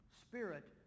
spirit